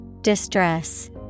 Distress